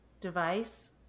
Device